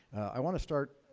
i want to start,